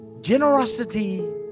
Generosity